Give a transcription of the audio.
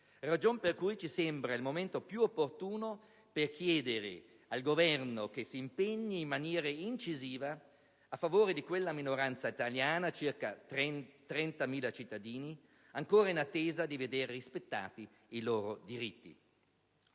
ragion per cui ci sembra il momento più opportuno per chiedere al Governo di impegnarsi in maniera incisiva a favore di quella minoranza italiana (circa 30.000 cittadini) ancora in attesa di veder rispettati i propri diritti.